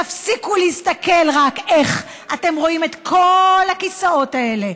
תפסיקו להסתכל רק איך אתם רואים את כל הכיסאות האלה,